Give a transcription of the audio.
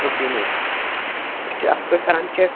او کے میٚم أسۍ چھِ اَصٕل پٲٹھۍ کَران چیک